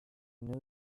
new